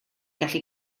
gallu